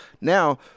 Now